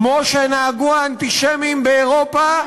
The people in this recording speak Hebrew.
כמו שנהגו האנטישמים באירופה,